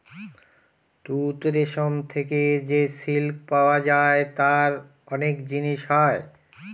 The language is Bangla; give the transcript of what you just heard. তুত রেশম থেকে যে সিল্ক পাওয়া যায় তার অনেক জিনিস হয়